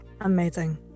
amazing